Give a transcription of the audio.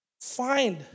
find